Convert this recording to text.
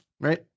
right